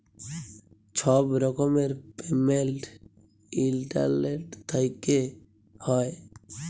ছব রকমের পেমেল্ট ইলটারলেট থ্যাইকে হ্যয়